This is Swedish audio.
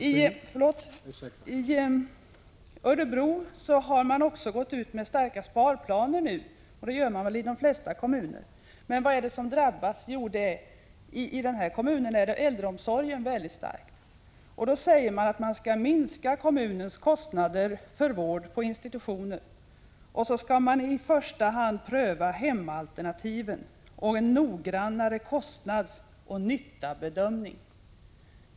I Örebro har man nu också gått ut med hårda sparplaner, och det gör man väl i de flesta kommuner. Vad är det som drabbas? Jo, i den här kommunen är det i väldigt hög grad äldreomsorgen. Man säger att man skall minska kommunens kostnader för vård på institutioner och i första hand pröva hemalternativen och göra en noggrannare kostnadsoch nyttobedömning.